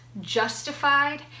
justified